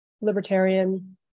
libertarian